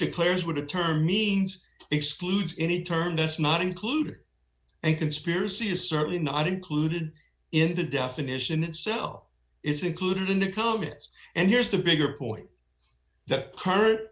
declares would a term means excludes any term does not include a conspiracy is certainly not included in the definition itself is included in the comments and here's the bigger point that h